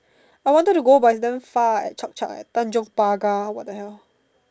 I wanted to go but it's damn far at chop chop at tanjong-pagar what the hell